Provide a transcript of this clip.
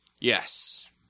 Yes